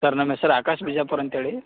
sir ನಮ್ಮ ಹೆಸ್ರು ಆಕಾಶ್ ಬಿಜಾಪುರ್ ಅಂಥೇಳಿ